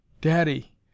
Daddy